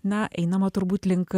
na einama turbūt link